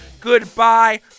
Goodbye